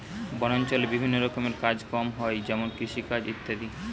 বনাঞ্চলে বিভিন্ন রকমের কাজ কম হয় যেমন কৃষিকাজ ইত্যাদি